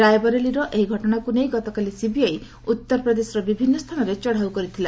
ରାୟବରେଲିର ଏହି ଘଟଣାକୁ ନେଇ ଗତକାଲି ସିବିଆଇ ଉତ୍ତରପ୍ରଦେଶର ବିଭିନ୍ନ ସ୍ଥାନରେ ଚଢ଼ାଉ କରିଥିଲା